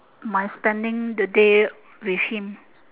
my spending the day with him